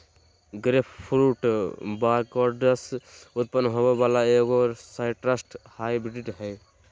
grapefruit Barbados में उत्पन्न होबो वला एगो साइट्रस हाइब्रिड हइ